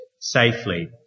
safely